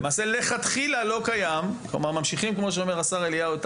למעשה לא קיים בכיתות יא׳ ו-יב׳ וכפי שאמר השר אליהו,